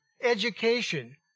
education